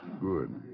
Good